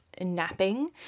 napping